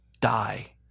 die